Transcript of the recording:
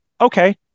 okay